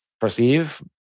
perceive